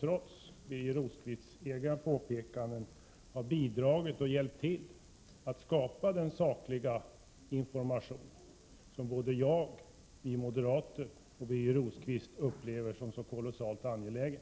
trots Birger Rosqvists påpekan den, har hjälpt till att få fram den sakliga information som både vi moderater och Birger Rosqvist upplever som kolossalt angelägen.